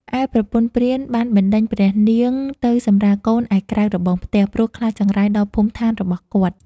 ឯប្រពន្ធព្រាន បានបណ្តេញឲ្យព្រះនាងទៅសម្រាលកូនឯក្រៅរបងផ្ទះ ព្រោះខ្លាចចង្រៃដល់ភូមិឋានរបស់គាត់។